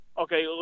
Okay